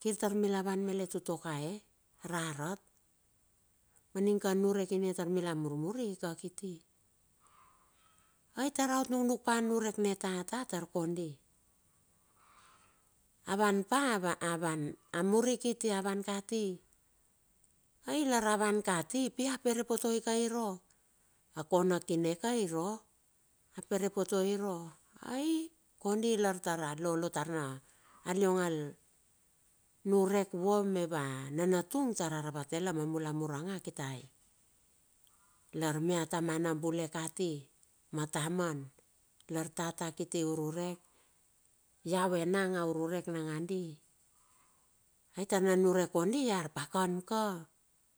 Kirtar mila van melet utuokae, rarat. aning ka niurek ininge tar mila murmuri ika kiti. Ai tar aot nuknuk pa niurek ni tata tar kondi. Avan pa avan. amuri kiti avan kati, ai lar avan kati. pia poropotei ka irua. akona kine ka irua. aporopotei irua. Ai kondi lar tar alolotar aliong al niurek vua mava nanatung. tara ravate la ma mula mur a nga kitai. Lar mia tamana bule kati. ma taman lar tata kiti ururek, iau enang a ururek nangandi. ai tar na niurek kondi ia arpakan ka.